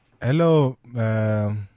Hello